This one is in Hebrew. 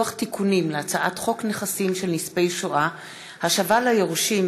לקריאה ראשונה,